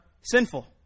sinful